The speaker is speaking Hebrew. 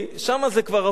שם זה כבר אבוד,